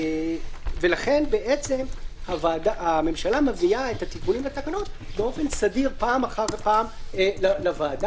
ולכן הממשלה מביאה את התיקונים לתקנות באופן סדיר פעם אחר פעם לוועדה.